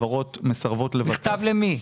מכתב למי?